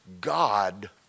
God